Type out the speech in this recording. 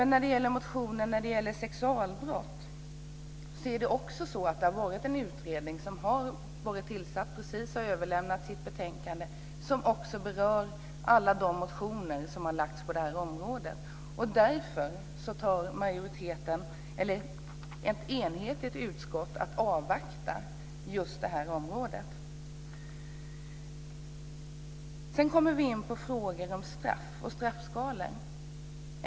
När det gäller sexualbrott så har en utredning just överlämnat sitt betänkande, vilket berör alla de motioner som har väckts på detta område. Därför avvaktar ett enigt utskott när det gäller just detta område. Sedan kommer vi in på frågor om straff och straffskalor.